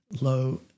low